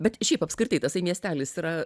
bet šiaip apskritai tasai miestelis yra